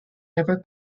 ever